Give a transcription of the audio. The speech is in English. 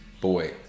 boy